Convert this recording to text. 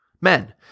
Men